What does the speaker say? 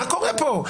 מה קורה פה?